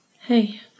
Hey